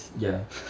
ya